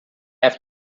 have